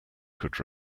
could